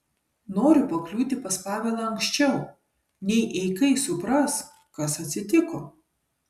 noriu pakliūti pas pavelą anksčiau nei eikai supras kas atsitiko